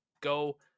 go